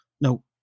no